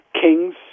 Kings